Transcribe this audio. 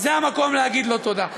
אז זה המקום להגיד לו תודה.